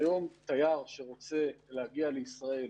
היום תייר שרוצה להגיע לישראל